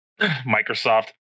Microsoft